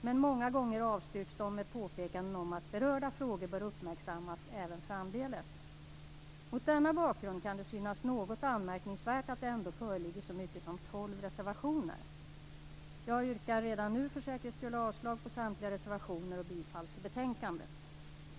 Men många gånger avstyrker man med påpekanden om att berörda frågor bör uppmärksammas även framdeles. Mot denna bakgrund kan det synas något anmärkningsvärt att det föreligger så mycket som tolv reservationer. För säkerhets skull yrkar jag redan nu avslag på samtliga reservationer samt bifall till hemställan i betänkandet.